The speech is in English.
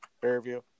Fairview